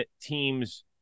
teams